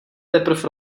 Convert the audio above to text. teprv